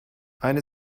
eine